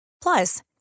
Plus